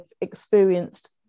experienced